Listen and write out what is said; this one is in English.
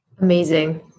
Amazing